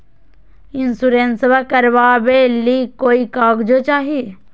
इंसोरेंसबा करबा बे ली कोई कागजों चाही?